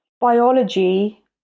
biology